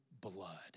blood